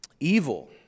Evil